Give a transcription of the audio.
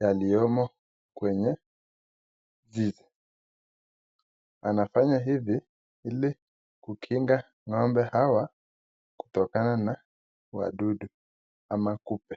yaliyomo kwenye zizi anafanya hivi ili kukinga ng'ombe hawa kutokana na wadudu ama kupe.